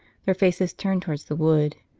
their faces turned towards the wood.